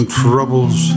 troubles